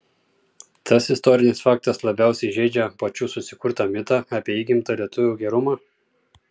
tas istorinis faktas labiausiai žeidžia pačių susikurtą mitą apie įgimtą lietuvių gerumą